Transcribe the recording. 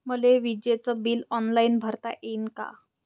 मले विजेच bill online भरता येईन का?